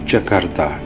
Jakarta